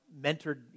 mentored